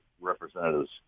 representatives